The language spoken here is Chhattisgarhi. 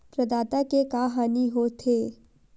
प्रदाता के का हानि हो थे?